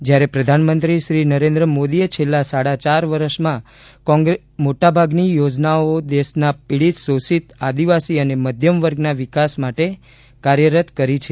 જ્યારે પ્રધાનમંત્રી શ્રી નરેન્દ્ર મોદીએ છેલ્લા સાડા ચાર વર્ષમાં મોટાભાગની યોજનાઓ દેશના પીડીત શોષિત આદિવાસી અને મધ્યમ વર્ગના વિકાસ માટે કાર્યરત કરી છે